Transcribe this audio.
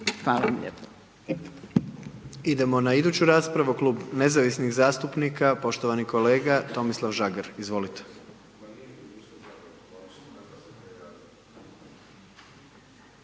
Gordan (HDZ)** Idemo na iduću raspravu, Klub nezavisnih zastupnika, poštovani kolega Tomislav Žagar, izvolite.